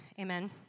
Amen